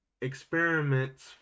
experiments